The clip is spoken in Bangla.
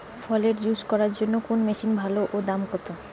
ফলের জুস করার জন্য কোন মেশিন ভালো ও দাম কম?